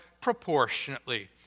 proportionately